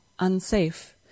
Unsafe